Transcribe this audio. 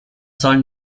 sollten